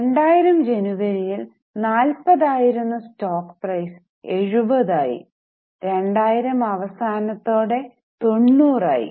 2000 ജനുവരിയിൽ 40 ആയിരുന്ന stock price 70 ആയി 2000 അവസാനത്തോടെ 90 ആയി